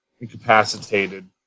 incapacitated